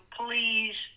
please